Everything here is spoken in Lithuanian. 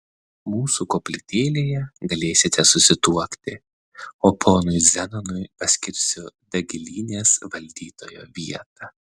mūsų koplytėlėje galėsite susituokti o ponui zenonui paskirsiu dagilynės valdytojo vietą